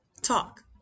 talk